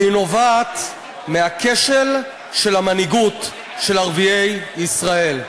והוא נובע מהכשל של המנהיגות של ערביי ישראל.